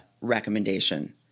recommendation